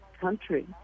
country